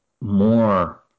more